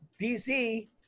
DC